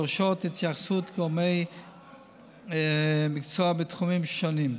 הדורשות התייחסות גורמי מקצוע בתחומים שונים,